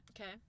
Okay